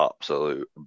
absolute